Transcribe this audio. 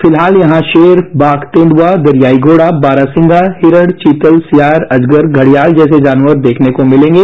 फिलहाल यहां सेर बाघ तेंदुआ दरियाई घोड़ा बारहसिंघा हिरण चीतल सियार अजगर घड़ियाल जैसे जानवर देखने को मिलेंगे